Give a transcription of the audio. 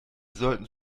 sollten